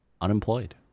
unemployed